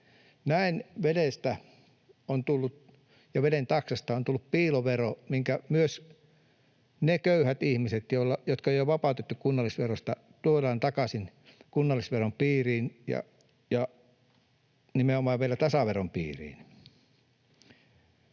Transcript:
Näin vedestä ja veden taksasta on tullut piilovero, millä myös ne köyhät ihmiset, jotka on jo vapautettu kunnallisverosta, tuodaan takaisin kunnallisveron piiriin ja nimenomaan vielä tasaveron piiriin.